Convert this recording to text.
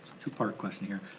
two part question here.